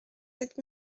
sept